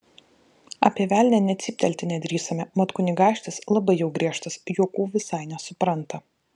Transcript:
apie velnią nė cyptelėti nedrįsome mat kunigaikštis labai jau griežtas juokų visai nesupranta